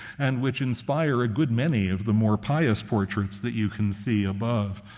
and which inspire a good many of the more pious portraits that you can see above.